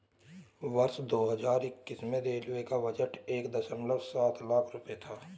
वर्ष दो हज़ार इक्कीस में रेलवे का बजट एक दशमलव सात लाख रूपये था